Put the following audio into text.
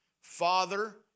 Father